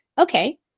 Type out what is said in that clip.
okay